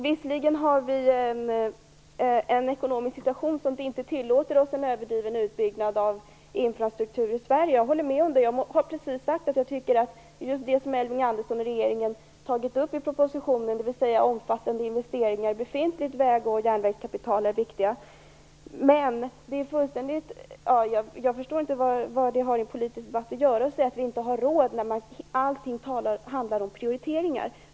Visserligen har vi en ekonomisk situation som inte tillåter oss en överdriven utbyggnad av infrastruktur i Sverige. Jag håller med om det. Jag har precis sagt att jag tycker att just det som Elving Andersson tar upp och som regeringen har tagit upp i propositionen, nämligen omfattande investeringar i befintligt väg och järnvägskapital, är viktigt. Men jag förstår inte vad det har i en politisk debatt att göra att säga att vi inte har råd. Allting handlar ju om prioriteringar.